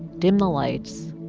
dimmed the lights,